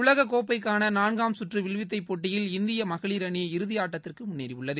உலக கோப்பைக்கான நான்காம் சுற்று வில்வித்தை போட்டியில் இந்திய மகளிர் அணி இறுதி ஆட்டத்திற்கு முன்னேறி உள்ளது